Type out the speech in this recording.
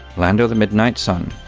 land of the midnight sun,